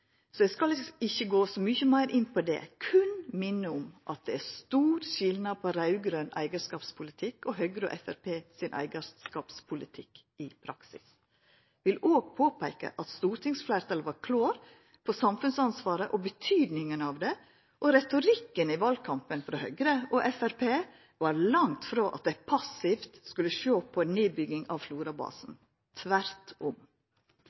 skal eg ikkje gå så mykje meir inn på det, berre minna om at det i praksis er stor skilnad på raud-grøn eigarskapspolitikk og Høgre og Framstegspartiet sin eigarskapspolitikk. Eg vil òg påpeika at stortingsfleirtalet var klart på samfunnsansvaret og betydninga av det, og retorikken i valkampen frå Høgre og Framstegspartiet var langt frå at dei passivt skulle sjå på ei nedbygging av Florabasen, tvert om.